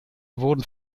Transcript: wurden